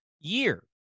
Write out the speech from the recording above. year